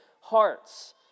hearts